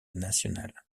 nationale